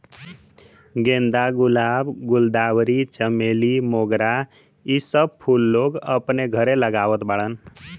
गेंदा, गुलाब, गुलदावरी, चमेली, मोगरा इ सब फूल लोग अपने घरे लगावत बाड़न